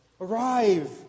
arrive